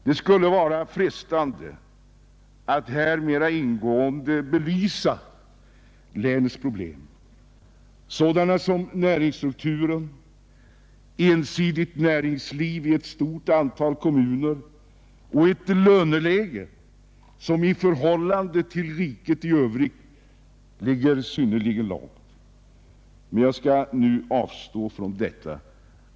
Det skulle vara frestande att här mer ingående belysa länets problem — sådana som näringsstrukturen, ett ensidigt näringsliv i ett stort antal kommuner och löner som, i förhållande till riket i övrigt, ligger synnerligen lågt. Jag skall emellertid nu avstå från detta.